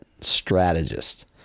strategist